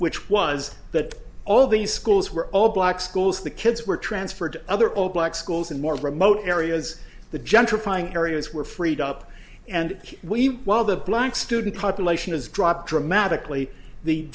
which was that all the schools were all black schools the kids were transferred other all black schools in more remote areas the gentrifying areas were freed up and we while the black student population has dropped dramatically the